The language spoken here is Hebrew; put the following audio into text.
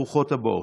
ברוכות הבאות.